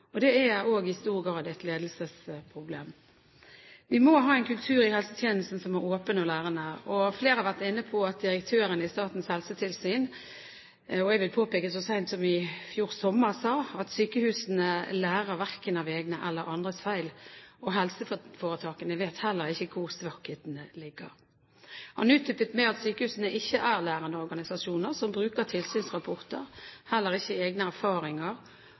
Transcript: er også i stor grad et ledelsesproblem. Vi må ha en kultur i helsetjenesten som er åpen og lærende. Flere har vært inne på at direktøren i Statens helsetilsyn så sent som i fjor sommer sa at sykehusene verken lærer av egne eller andres feil, og at helseforetakene heller ikke vet hvor svakhetene ligger. Han utdypet videre at sykehusene ikke er lærende organisasjoner som bruker tilsynsrapporter, egne erfaringer